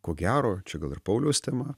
ko gero čia gal ir pauliaus tema